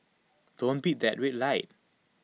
don't beat that red light